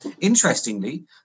Interestingly